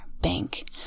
bank